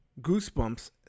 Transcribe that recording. goosebumps